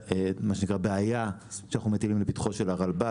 בעיה שאנחנו מטילים לפתחו של הרלב"ד.